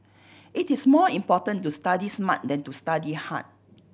it is more important to study smart than to study hard